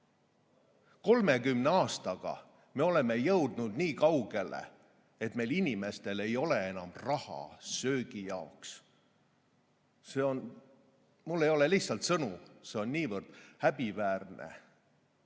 30 aastaga oleme jõudnud niikaugele, et meie inimestel ei ole enam raha söögi jaoks. Mul ei ole lihtsalt sõnu, see on niivõrd häbiväärne.